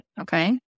Okay